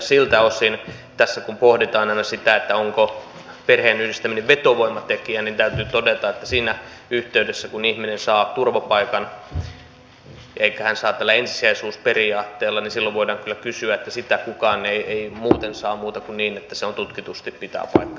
siltä osin kun tässä pohditaan aina sitä onko perheenyhdistäminen vetovoimatekijä täytyy todeta että siinä yhteydessä kun ihminen saa turvapaikan elikkä hän saa sen tällä ensisijaisuusperiaatteella voidaan kyllä sanoa että sitä kukaan ei saa muuten kuin niin että se tutkitusti pitää paikkansa